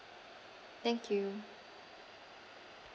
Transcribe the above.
thank you